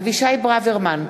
אבישי ברוורמן,